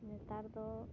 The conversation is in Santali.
ᱱᱮᱛᱟᱨ ᱫᱚ